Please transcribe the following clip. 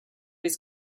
his